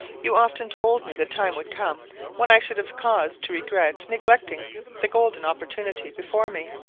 you often told me the time would come when i should have cause to regret neglecting the golden opportunity before me.